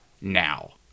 now